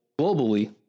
globally